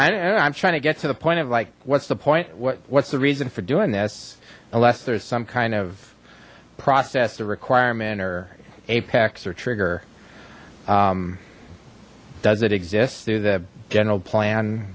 i'm trying to get to the point of like what's the point what what's the reason for doing this unless there's some kind of process the requirement or apex or trigger does it exist through the general plan